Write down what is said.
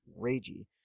ragey